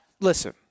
listen –